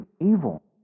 evil